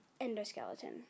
endoskeleton